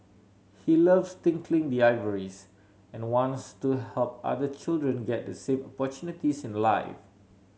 he loves tinkling the ivories and wants to help other children get the same opportunities in life